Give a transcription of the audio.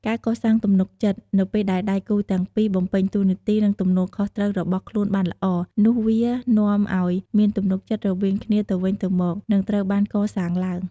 ការកសាងទំនុកចិត្ត នៅពេលដែលដៃគូទាំងពីរបំពេញតួនាទី និងទំនួលខុសត្រូវរបស់ខ្លួនបានល្អ នោះវានាំអោយមានទំនុកចិត្តរវាងគ្នាទៅវិញទៅមកនឹងត្រូវបានកសាងឡើង។